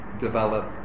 develop